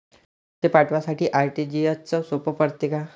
पैसे पाठवासाठी आर.टी.जी.एसचं सोप पडते का?